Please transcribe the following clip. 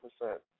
percent